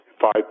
five